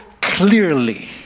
clearly